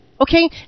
Okay